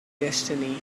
destiny